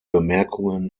bemerkungen